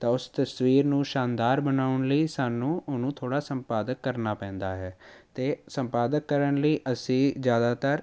ਤਾਂ ਉਸ ਤਸਵੀਰ ਨੂੰ ਸ਼ਾਨਦਾਰ ਬਣਾਉਣ ਲਈ ਸਾਨੂੰ ਉਹਨੂੰ ਥੋੜ੍ਹਾ ਸੰਪਾਦਕ ਕਰਨਾ ਪੈਂਦਾ ਹੈ ਅਤੇ ਸੰਪਾਦਕ ਕਰਨ ਲਈ ਅਸੀਂ ਜ਼ਿਆਦਾਤਰ